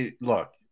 Look